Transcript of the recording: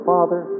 Father